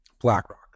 BlackRock